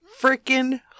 freaking